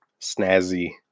snazzy